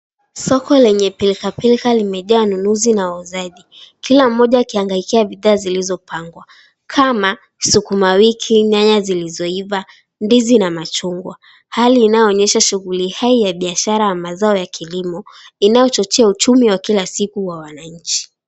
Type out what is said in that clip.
Soko lenye pilka pilka limejaa wanunuzi na wauzaji, kila mmoja akihangaikia bidhaa zilizo pangwa kama; sukuma wiki, nyanya zilizo iva, ndizi na machungwa. Hali inayoonyesha shughuli hai ya biashara ya mazao ya kilimo, inayochochea uchumi wa kila siku wa wananchi